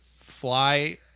Fly